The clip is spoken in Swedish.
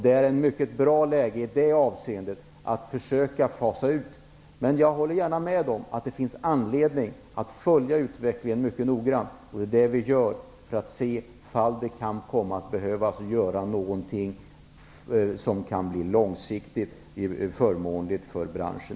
Det är ett mycket bra läge att försöka fasa ut skillnaderna. Men jag håller gärna med om att det finns anledning att följa utvecklingen mycket noggrant. Det gör vi också för att se om det kan behöva göras något långsiktigt förmånligt för branschen.